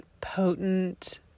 potent